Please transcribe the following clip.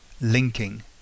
linking